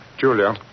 Julia